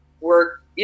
work